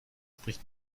bricht